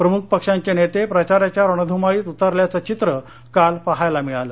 प्रमुख पक्षांचे नेते प्रचाराच्या रणधुमाळीत उतरल्याचं चित्र काल पाहायला मिळालं